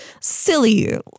silly